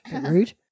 Rude